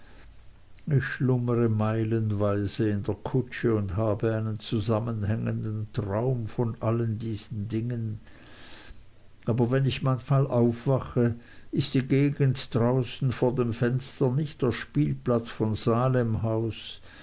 ich schlummere meilenweise in der kutsche und habe einen zusammenhängenden traum von allen diesen dingen aber wenn ich manchmal aufwache ist die gegend draußen vor dem fenster nicht der spielplatz von salemhaus